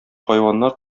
хайваннар